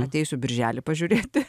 ateisiu birželį pažiūrėti